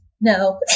No